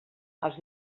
els